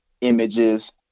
images